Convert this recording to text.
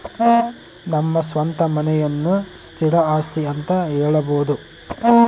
ನಮ್ಮ ಸ್ವಂತ ಮನೆಯನ್ನ ಸ್ಥಿರ ಆಸ್ತಿ ಅಂತ ಹೇಳಬೋದು